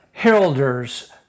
heralders